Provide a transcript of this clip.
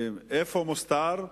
ואיפה הוא מוסתר?